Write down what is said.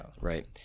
Right